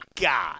god